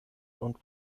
und